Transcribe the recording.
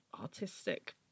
artistic